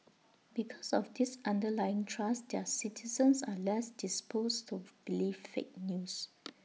because of this underlying trust their citizens are less disposed tofu believe fake news